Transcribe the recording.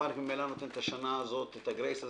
הבנק במילא נותן את הגרייס הזה,